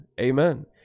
Amen